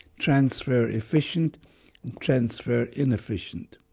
transfer efficient and transfer inefficient.